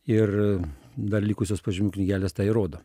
ir dar likusios pažymių knygelės tą įrodo